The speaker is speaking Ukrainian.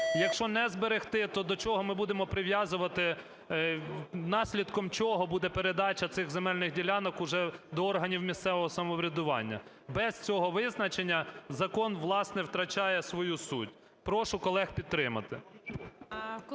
Якщо не зберегти, то до чого ми будемо прив'язувати, наслідком чого буде передача цих земельних ділянок уже до органів місцевого самоврядування? Без цього визначення закон, власне, втрачає свою суть. Прошу колег підтримати.